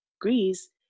Greece